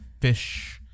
fish